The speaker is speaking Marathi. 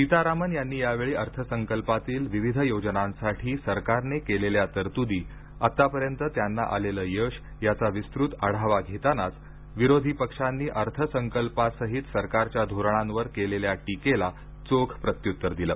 सीतारामन यांनी यावेळी अर्थसंकल्पातील विविध योजनांसाठी सरकारने केलेल्या तरत्दी आतापर्यंत त्यांना आलेलं यश याचा विस्तृत आढावा घेतानाच विरोधी पक्षांनी अर्थ संकल्पासहित सरकारच्या धोरणांवर केलेल्या टीकेला चोख प्रत्युत्तर दिल